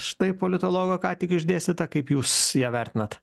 štai politologo ką tik išdėstyta kaip jūs ją vertinat